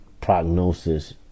prognosis